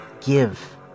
give